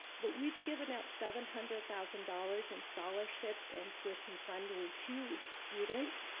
but we've given out seven hundred thousand dollars in scholarship and tuition funding to students,